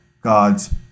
God's